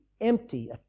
empty